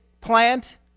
plant